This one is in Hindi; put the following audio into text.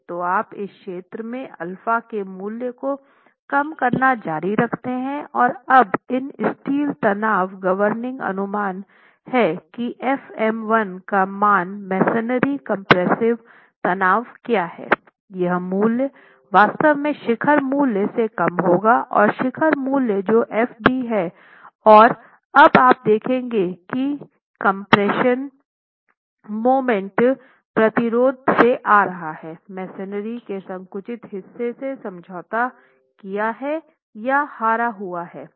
तो आप इस क्षेत्र में α के मूल्य को कम करना जारी रखते हैं और अब इन स्टील तनाव गवर्निंग अनुमान है कि f m1 का मान मेसनरी कम्प्रेस्सिव तनाव क्या है यह मूल्य वास्तव में शिखर मूल्य से कम होगा और शिखर मूल्य जो Fb हैं और अब आप देखेंगे कि कम्प्रेशन मोमेंट प्रतिरोध से आ रहा है मेसनरी के संकुचित हिस्से से समझौता किया हैं या हारा हुआ हैं